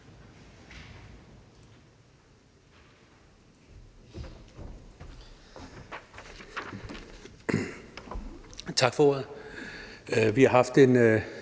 Tak for det.